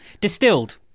Distilled